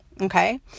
Okay